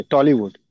Tollywood